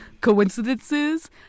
coincidences